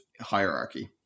hierarchy